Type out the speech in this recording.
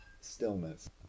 stillness